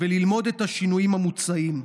וללמידה של השינויים המוצעים.